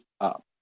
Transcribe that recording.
up